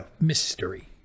mystery